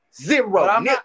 Zero